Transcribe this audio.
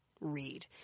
read